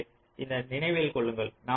எனவே இதை நினைவில் கொள்ளுங்கள்